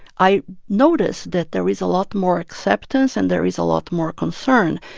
i noticed that there is a lot more acceptance and there is a lot more concern.